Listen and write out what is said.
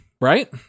right